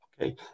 Okay